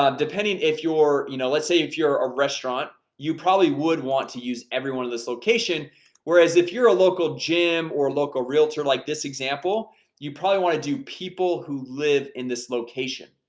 um depending if you're you know let's say if you're a restaurant you probably would want to use everyone in this location whereas if you're a local gym or a realtor like this example you probably want to do people who live in this location?